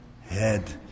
head